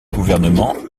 gouvernement